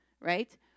Right